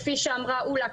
כפי שאמרה עולא,